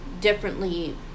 differently